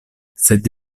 sed